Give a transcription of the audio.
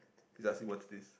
she's asking what's this